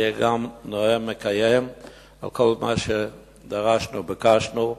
יהיה גם נאה מקיים על כל מה שדרשנו, ביקשנו.